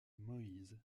moïse